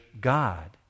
God